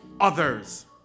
others